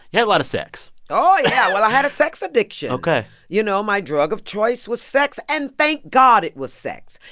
you had a lot of sex oh, yeah. well, i had a sex addiction ok you know, my drug of choice was sex. and thank god it was sex.